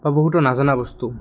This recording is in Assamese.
বা বহুতো নাজানা বস্তু